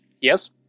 Yes